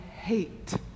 hate